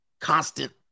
constant